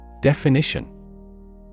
Definition